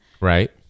right